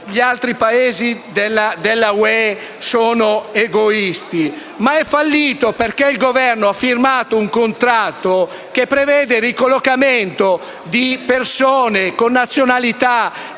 gli altri Paesi dell'Unione europea sono egoisti, quanto perché il Governo ha firmato un contratto che prevede il ricollocamento di persone con nazionalità